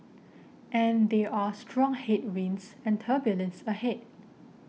and there are strong headwinds and turbulence ahead